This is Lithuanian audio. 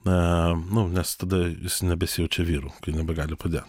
na nu nes tada jis nebesijaučia vyru kai nebegali padėt